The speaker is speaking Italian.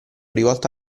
rivolto